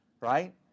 right